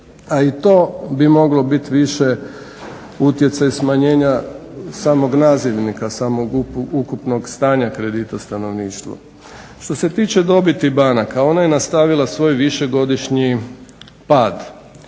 a i to bi moglo biti više utjecaj smanjenja samog nazivnika, samog ukupnog stanja kredita stanovništva. Što se tiče dobiti banaka ona je nastavila svoj višegodišnji pad